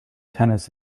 tennis